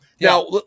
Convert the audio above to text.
Now